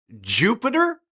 Jupiter